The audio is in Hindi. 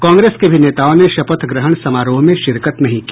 कांग्रेस के भी नेताओं ने शपथ ग्रहण समारोह में शिरकत नहीं की